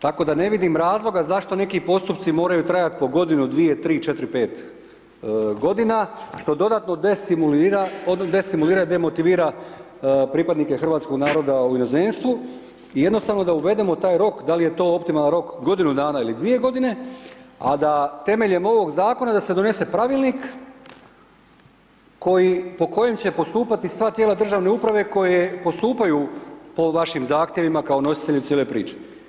Tako da ne vidim razloga zašto neki postupci moraju trajati po godinu, dvije, tri, četiri, pet godina što dodatno destimulira, destimulira i demotivira pripadnike hrvatskog naroda u inozemstvu i jednostavno da uvedemo taj rok, da li je to optimalan rok, godinu dana ili dvije godine, a da temeljem ovog zakona da se donese pravilnik koji, po kojem će postupati sva tijela državne uprave koje postupaju po vašim zahtjevima kao nositelju cijele priče.